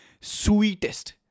Sweetest